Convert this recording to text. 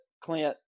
Clint –